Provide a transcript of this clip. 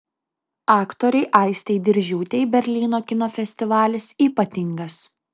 aktorei aistei diržiūtei berlyno kino festivalis ypatingas